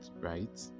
right